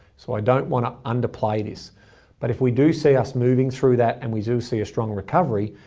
so i don't want to underplay this, but if we do see us moving through that and we do see a strong recovery,